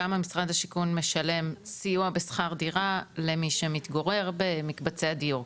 כמה משרד השיכון משלם סיוע בשכר דירה למי שמתגורר במקבצי הדיור,